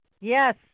Yes